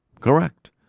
Correct